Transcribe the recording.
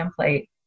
template